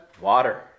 Water